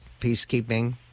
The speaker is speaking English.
peacekeeping